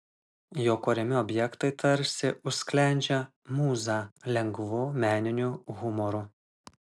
jo kuriami objektai tarsi užsklendžia mūzą lengvu meniniu humoru